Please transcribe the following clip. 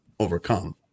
overcome